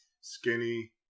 skinny